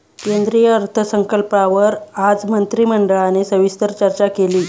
केंद्रीय अर्थसंकल्पावर आज मंत्रिमंडळाने सविस्तर चर्चा केली